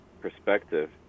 perspective